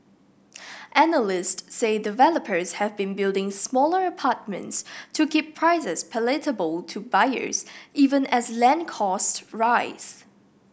analysts say developers have been building smaller apartments to keep prices palatable to buyers even as land costs rise